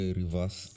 reverse